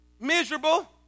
Miserable